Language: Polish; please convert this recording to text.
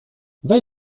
weź